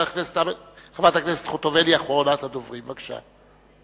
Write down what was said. חברת הכנסת חוטובלי, אחרונת הדוברים, בבקשה.